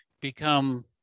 become